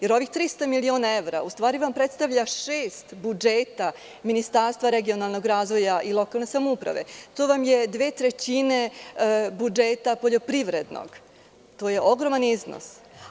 Jer, ovih 300 miliona evra u stvari vam predstavlja šest budžeta Ministarstva regionalnog razvoja i lokalne samouprave, to vam je dve trećine budžeta poljoprivrednog, što je ogroman iznos.